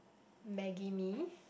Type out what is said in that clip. maggi mee